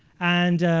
and,